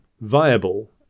viable